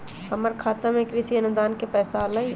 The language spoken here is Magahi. हमर खाता में कृषि अनुदान के पैसा अलई?